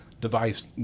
device